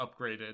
upgraded